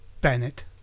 Bennett